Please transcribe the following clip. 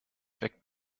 weckt